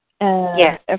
Yes